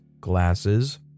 glasses